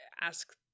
ask